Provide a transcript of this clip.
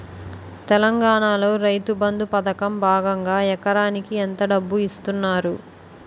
తెలంగాణలో రైతుబంధు పథకం భాగంగా ఎకరానికి ఎంత డబ్బు ఇస్తున్నారు?